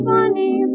Funny